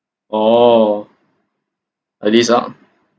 oh like this ah